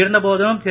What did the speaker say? இருந்தபோதும் திரு